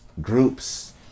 groups